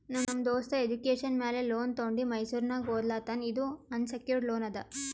ನಮ್ ದೋಸ್ತ ಎಜುಕೇಷನ್ ಮ್ಯಾಲ ಲೋನ್ ತೊಂಡಿ ಮೈಸೂರ್ನಾಗ್ ಓದ್ಲಾತಾನ್ ಇದು ಅನ್ಸೆಕ್ಯೂರ್ಡ್ ಲೋನ್ ಅದಾ